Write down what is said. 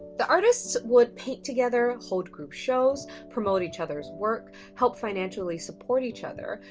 the artists would paint together, hold group shows, promote each other's work, help financially support each other,